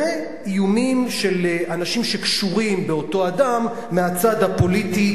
ואיומים של אנשים שקשורים באותו אדם מהצד הפוליטי,